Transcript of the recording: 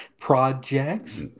projects